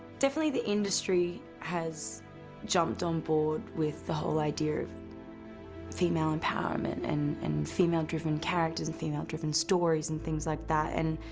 definitely the industry has jumped onboard with the whole idea of female empowerment, and and female-driven characters and female-driven stories, and things like that. and